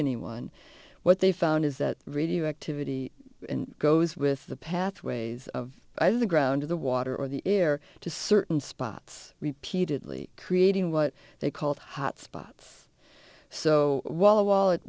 anyone what they found is that radioactivity goes with the pathways of the ground or the water or the air to certain spots repeatedly creating what they called hot spots so w